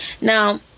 Now